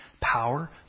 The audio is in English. power